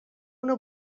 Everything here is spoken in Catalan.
una